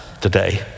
today